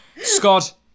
Scott